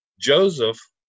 Joseph